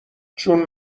چون